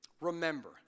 remember